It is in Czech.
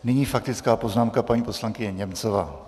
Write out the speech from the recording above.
Nyní faktická poznámka, paní poslankyně Němcová.